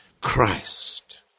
Christ